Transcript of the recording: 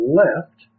left